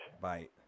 Bye